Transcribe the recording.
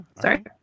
Sorry